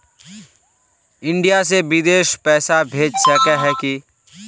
India से बिदेश पैसा भेज सके है की?